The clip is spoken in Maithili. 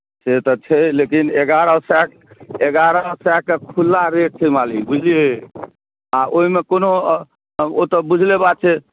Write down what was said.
से तऽ छै लेकिन एगारह सए एगारह सए के खुल्ला रेट छै मालिक बुझलियै आ ओहिमे कोनो ओ तऽ बुझले बात छै